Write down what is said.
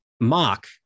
mock